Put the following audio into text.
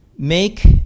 make